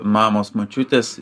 mamos močiutės